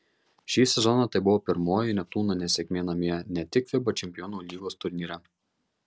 šį sezoną tai buvo pirmoji neptūno nesėkmė namie ne tik fiba čempionų lygos turnyre